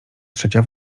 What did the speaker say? trzecia